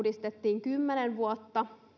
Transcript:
sitä uudistettiin kymmenen vuotta